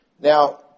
Now